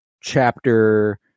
Chapter